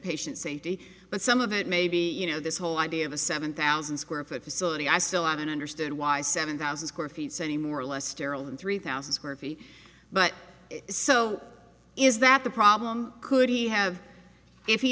patient safety but some of it may be you know this whole idea of a seven thousand square foot facility i still haven't understood why seven thousand square feet any more or less sterile than three thousand square feet but so is that the problem could he have if he